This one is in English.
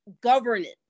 governance